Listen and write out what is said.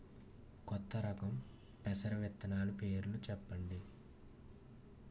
కొత్త రకం పెసర విత్తనాలు పేర్లు చెప్పండి?